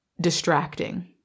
distracting